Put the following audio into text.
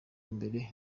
mbere